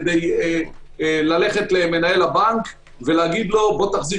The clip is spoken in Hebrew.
כדי ללכת למנהל הבנק ולהגיד לו תחזיר